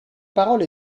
parole